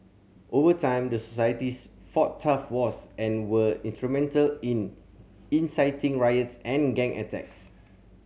over time the societies fought turf wars and were instrumental in inciting riots and gang attacks